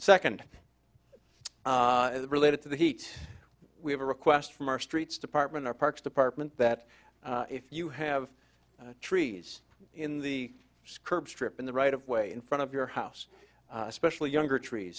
second related to the heat we have a request from our streets department our parks department that if you have trees in the curb strip in the right of way in front of your house especially younger trees